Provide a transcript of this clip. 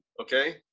okay